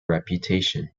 reputation